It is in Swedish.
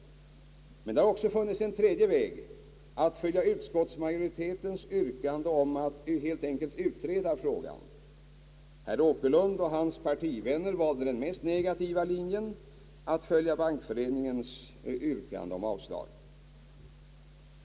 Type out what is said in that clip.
Det har också funnits en tredje väg, nämligen att följa utskottsmajoritetens yrkande om att helt enkelt utreda frågan. Herr Åkerlund och hans partivänner valde den mest negativa linjen att följa Bankföreningens yrkande om avslag.